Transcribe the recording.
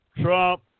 Trump